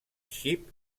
xip